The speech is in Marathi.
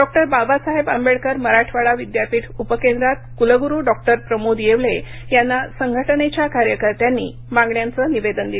डॉक्टर बाबासाहेब आंबेडकर मराठवाडा विद्यापीठ उपकेंद्रात कुलगुरू डॉक्टर प्रमोद येवले यांना संघटनेच्या कार्यकर्त्यांनी मागण्यांचे निवेदन दिले